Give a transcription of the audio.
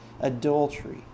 adultery